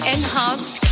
Enhanced